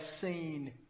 seen